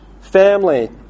family